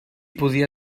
podia